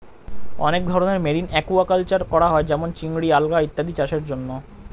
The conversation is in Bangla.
অনেক ধরনের মেরিন অ্যাকুয়াকালচার করা হয় যেমন চিংড়ি, আলগা ইত্যাদি চাষের জন্যে